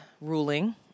ruling